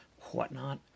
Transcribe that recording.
whatnot